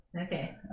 Okay